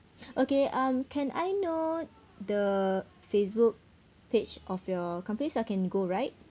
okay um can I know the Facebook page of your company so I can go right